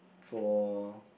for